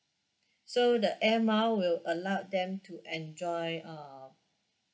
so the air mile will allow them to enjoy uh